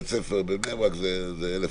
בית ספר בבני ברק זה 1,500,